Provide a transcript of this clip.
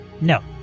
no